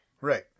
Right